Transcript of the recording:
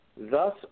Thus